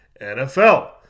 NFL